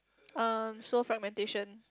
um soul fragmentation